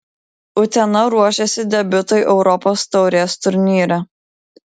utena ruošiasi debiutui europos taurės turnyre